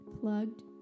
plugged